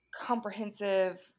comprehensive